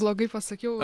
blogai pasakiau